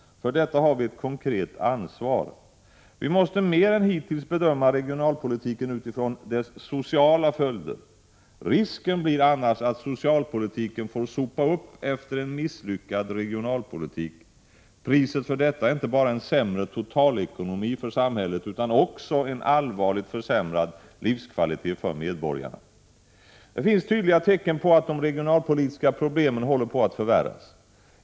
För detta har vi ett konkret ansvar. Vi måste mer än hittills bedöma regionalpolitiken utifrån dess sociala följder. Risken blir annars att socialpolitiken får sopa upp efter en misslyckad regionalpolitik. Priset för detta är inte bara en sämre totalekonomi för samhället utan också en allvarligt försämrad livskvalitet för medborgarna. Det finns tydliga tecken på att de regionalpolitiska problemen håller på att förvärras.